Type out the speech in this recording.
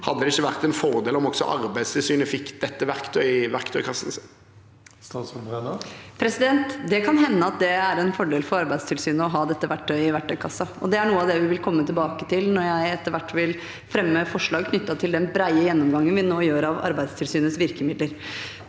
Hadde det ikke vært en fordel om også Arbeidstilsynet fikk dette verktøyet i verktøykassen sin? Statsråd Tonje Brenna Det kan hende at det er en fordel for Arbeidstilsynet å ha dette verktøyet i verktøykassen, og det er noe av det vi vil komme tilbake til når jeg etter hvert vil fremme forslag knyttet til den brede gjennomgangen vi nå gjør av Arbeidstilsynets virkemidler.